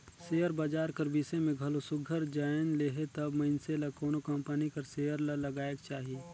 share बजार कर बिसे में घलो सुग्घर जाएन लेहे तब मइनसे ल कोनो कंपनी कर सेयर ल लगाएक चाही